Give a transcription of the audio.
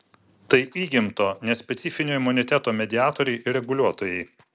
tai įgimto nespecifinio imuniteto mediatoriai ir reguliuotojai